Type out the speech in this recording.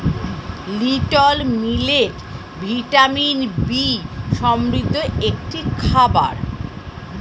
little millet vitamin B সমৃদ্ধ একটি খাবার